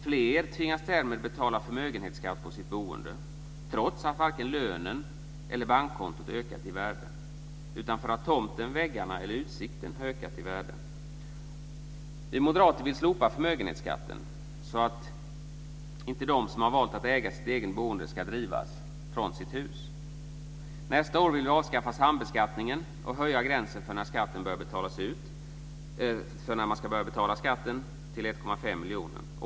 Fler tvingas därmed betala förmögenhetsskatt på sitt boende, trots att varken lönen eller bankkontot ökat i värde, utan därför att tomten, väggarna och utsikten har ökat i värde. Vi moderater vill slopa förmögenhetsskatten så att inte de som har valt att äga sitt eget boende ska drivas från sitt hus. Nästa år vill vi avskaffa sambeskattningen och höja gränsen för när man ska börja betala skatten till 1,5 miljoner.